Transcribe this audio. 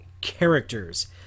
characters